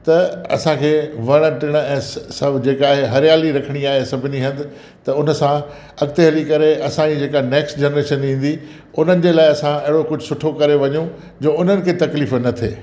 त असांखे वणु टिण ऐं स सभु जेका आहे हरियाली रखिणी आहे सभिनी हंधि त उन सां अॻिते हली करे असांजी जेका नेक्स्ट जनरेशन ईंदी उन्हनि जे लाइ असां अहिड़ो कुझु सुठो करे वञूं जो उन्हनि खे तकलीफ़ न थिए